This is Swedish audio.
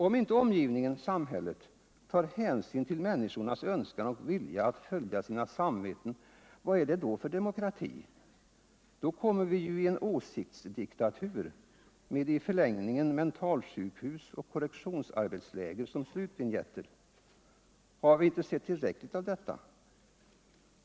Om inte omgivningen — samhället — tar hänsyn till människornas önskan och vilja att följa sina samveten. var är det då för demokrati? Då får vi ju en åsiktsdiktatur med i förlängningen mentalsjukhus och korrektionsarbetsläger som slutvinjewuer. Har vi inte sett tillräckligt av detta?